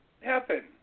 happen